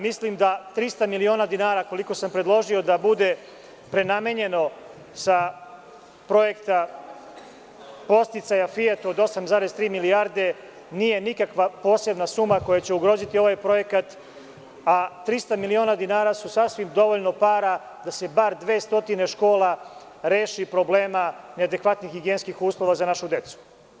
Mislim da 300 miliona dinara, koliko sam predložio da bude prenamenjeno sa projekta podsticaja „Fijata“ od 8,3 milijarde, nije nikakva posebna suma koja će ugroziti ovaj projekat, a 300 miliona dinara je sasvim dovoljno para da se bar 200 škola reši problema neadekvatnih higijenskih uslova za našu decu.